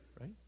right